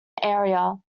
area